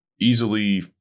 easily